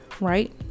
right